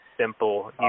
simple